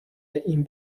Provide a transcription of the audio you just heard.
این